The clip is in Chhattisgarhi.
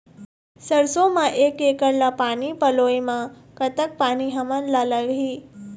सरसों म एक एकड़ ला पानी पलोए म कतक पानी हमन ला लगही?